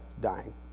dying